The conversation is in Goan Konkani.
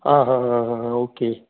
आं हां हां ओके